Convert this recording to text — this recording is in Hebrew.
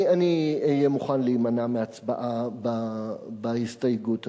אני אהיה מוכן להימנע מהצבעה בהסתייגות הזאת.